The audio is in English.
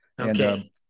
Okay